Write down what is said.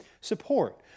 support